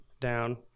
down